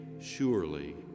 surely